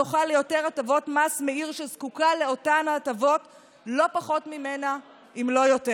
זוכה ליותר הטבות מס מעיר שזקוקה לאותן הטבות לא פחות ממנה אם לא יותר.